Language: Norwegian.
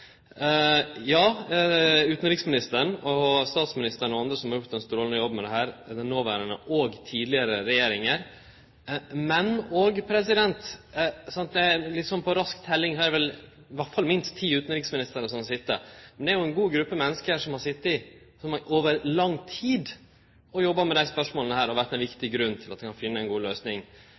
utanriksministeren, statsministeren og andre som har gjort ein strålande jobb med dette, både noverande og tidlegare regjeringar – og med ei litt rask teljing her gjeld det minst ti utanriksministrar. Det er ei god gruppe menneske som har sete over lang tid og jobba med desse spørsmåla og vore ein viktig grunn til at det er funne ei god løysing,